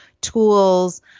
tools